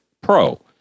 Pro